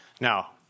Now